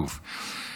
בקו"ף,